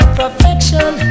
perfection